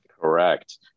Correct